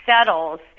settles